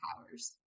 powers